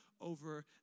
over